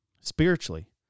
Spiritually